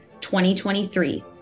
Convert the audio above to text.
2023